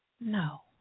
No